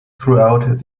throughout